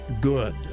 good